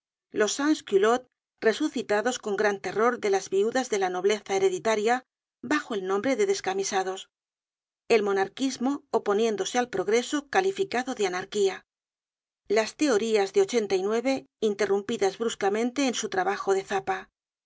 los sans cidottes resucitados con gran terror de las viudas de la nobleza hereditaria bajo el nombre de descamisados el monarquismo oponiéndose al progreso calificado de anarquía las teorías de interrumpidas bruscamente en su trabajo de zapa